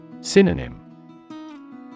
Synonym